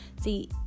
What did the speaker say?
See